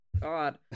God